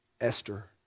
Esther